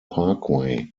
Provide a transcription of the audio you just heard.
parkway